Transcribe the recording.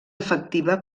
efectiva